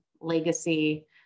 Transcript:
legacy